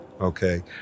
okay